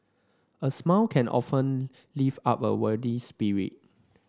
a smile can often lift up a weary spirit